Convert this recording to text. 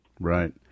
Right